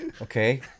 Okay